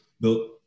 built